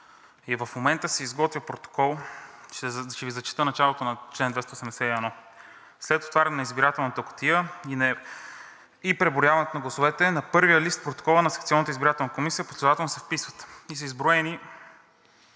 и в момента се изготвя протокол. Ще Ви зачета началото на чл. 281: „След отварянето на избирателната кутия и преброяването на гласовете на първия лист от протокола на секционната избирателна комисия последователно се вписват:“, и се изброяват